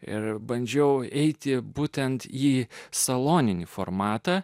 ir bandžiau eiti būtent ji saloninį formatą